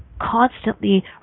constantly